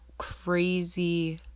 crazy